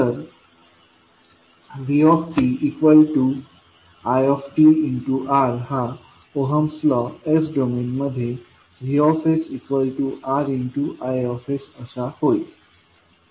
तर vtitR हा Ohm's law s डोमेनमध्ये VsRIsअसा होईल